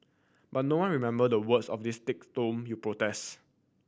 but no one remember the words of this thick tome you protest